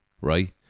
right